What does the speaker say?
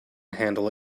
handle